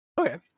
Okay